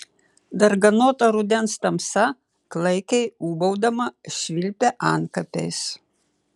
darganota rudens tamsa klaikiai ūbaudama švilpia antkapiais